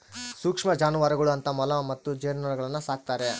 ಸೂಕ್ಷ್ಮ ಜಾನುವಾರುಗಳು ಅಂತ ಮೊಲ ಮತ್ತು ಜೇನುನೊಣಗುಳ್ನ ಸಾಕ್ತಾರೆ